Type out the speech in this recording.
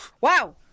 Wow